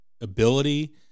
ability